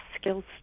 skills